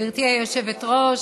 גברתי היושבת-ראש,